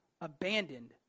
abandoned